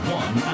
one